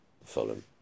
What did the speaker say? Fulham